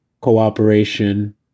cooperation